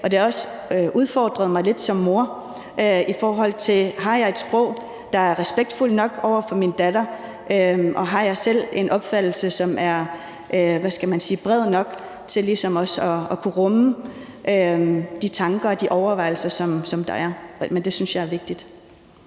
det har også udfordret mig lidt som mor, i forhold til om jeg har et sprog, der er respektfuldt nok over for min datter, og har jeg selv en opfattelse, som er bred nok til ligesom at kunne rumme de tanker og de overvejelser, som der er. Det synes jeg er vigtigt.